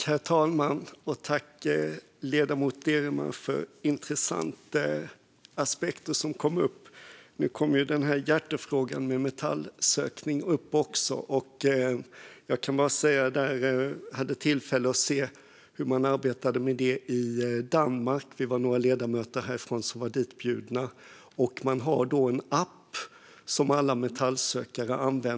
Herr talman! Tack, ledamoten Deremar, för intressanta aspekter som kom upp! Nu kom också hjärtefrågan om metallsökning upp. Jag kan bara säga att jag hade tillfälle att se hur man arbetade med detta i Danmark. Vi var några ledamöter härifrån som var ditbjudna. Man har då en app som används för alla metallsökare.